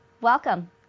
Welcome